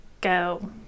go